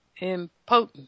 Impotent